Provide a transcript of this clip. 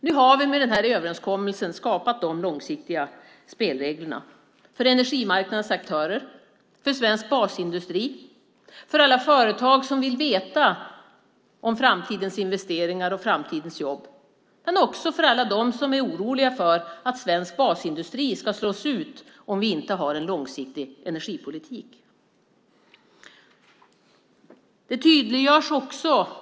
Nu har vi med den här överenskommelsen skapat de långsiktiga spelreglerna för energimarknadens aktörer, för svensk basindustri, för alla företag som vill veta om framtidens investeringar och framtidens jobb men också för alla dem som är oroliga för att svensk basindustri ska slås ut om vi inte har en långsiktig energipolitik.